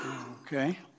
Okay